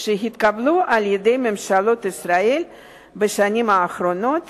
שהתקבלו על-ידי ממשלות ישראל בשנים האחרונות